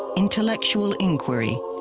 intellectual inquiry,